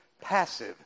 passive